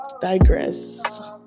digress